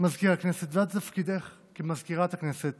מזכיר הכנסת, ועד תפקידך כמזכירת הכנסת